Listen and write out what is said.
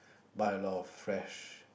buy a lot of fresh